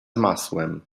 masłem